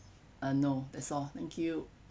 uh no that's all thank you